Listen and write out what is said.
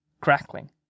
crackling